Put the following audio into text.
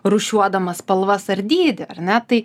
rūšiuodamas spalvas ar dydį ar ne tai